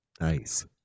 Nice